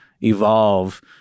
evolve